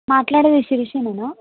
మాట్లాడేది శిరీషనేనా